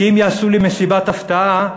כי אם יעשו לי מסיבת הפתעה,